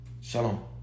Shalom